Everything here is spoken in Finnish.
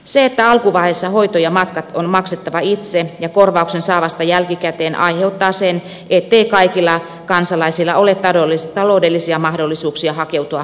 se että alkuvaiheessa hoito ja matkat on maksettava itse ja korvauksen saa vasta jälkikäteen aiheuttaa sen ettei kaikilla kansalaisilla ole taloudellisia mahdollisuuksia hakeutua hoitoon muualle